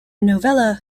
novella